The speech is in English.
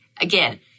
again